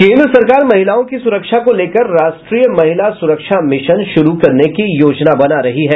केन्द्र सरकार महिलाओं की सुरक्षा को लेकर राष्ट्रीय महिला सुरक्षा मिशन शुरू करने की योजना बना रही है